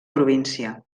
província